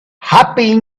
happy